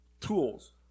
tools